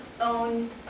own